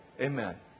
Amen